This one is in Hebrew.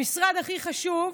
המשרד הכי חשוב